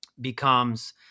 becomes